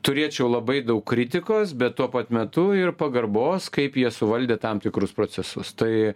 turėčiau labai daug kritikos bet tuo pat metu ir pagarbos kaip jie suvaldė tam tikrus procesus tai